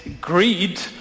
greed